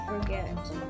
forget